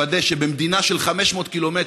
לוודא שבמדינה של 500 קילומטרים,